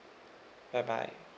bye bye